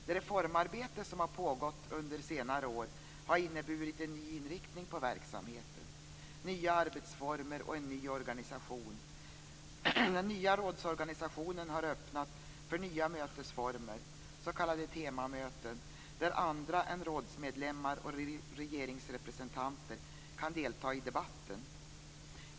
Det reformarbete som har pågått under senare år har inneburit en ny inriktning på verksamheten, nya arbetsformer och en ny organisation. Den nya rådsorganisationen har öppnat för nya mötesformer, s.k. temamöten, där andra än rådsmedlemmar och regeringsrepresentanter kan delta i debatten.